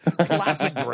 Classic